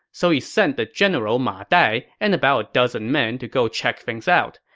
so he sent the general ma dai and about a dozen men to go check things out.